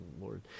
Lord